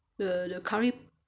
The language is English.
the the curry